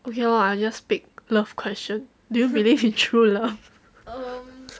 okay loh I just pick love question do you believe in true love